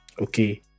Okay